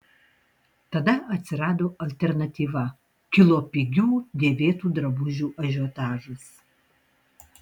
tada atsirado alternatyva kilo pigių dėvėtų drabužių ažiotažas